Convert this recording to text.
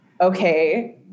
okay